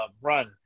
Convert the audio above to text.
run